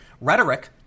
rhetoric